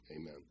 amen